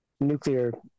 nuclear